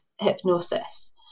hypnosis